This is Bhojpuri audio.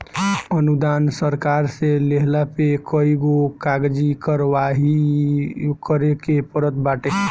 अनुदान सरकार से लेहला पे कईगो कागजी कारवाही करे के पड़त बाटे